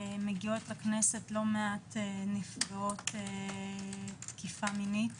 מגיעות לכנסת לא מעט נפגעות תקיפה מינית